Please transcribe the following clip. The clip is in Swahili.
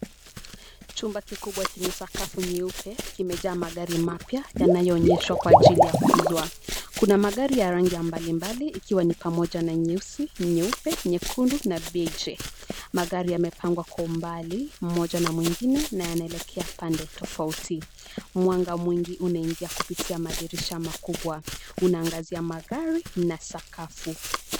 Chumba kikubwa chenye sakafu nyeupe, kimejaa magari mapya yanayoonyeshwa kwa ajili ya kuuzwa. Kuna magari ya rangi ya mbalimbali ikiwa ni pamoja na nyeusi, nyeupe, nyekundu na beige. Magari yamepangwa kwa umbali mmoja na mwengine na yanaelekea pande tofauti. Mwanga mwingi unaingia kupitia madirisha makubwa. Unaangazia magari na sakafu.